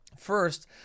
First